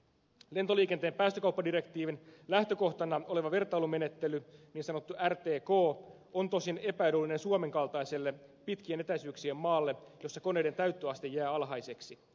lentoliikenteen päästökauppadirektiivin lähtökohtana oleva vertailumenettely niin sanottu rtk on tosin epäedullinen suomen kaltaiselle pitkien etäisyyksien maalle jossa koneiden täyttöaste jää alhaiseksi